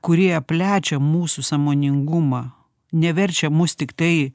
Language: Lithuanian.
kurie plečia mūsų sąmoningumą neverčia mus tiktai